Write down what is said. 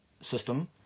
system